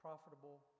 profitable